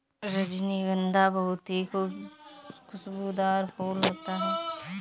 रजनीगंधा बहुत ही खुशबूदार फूल होता है